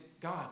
God